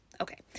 Okay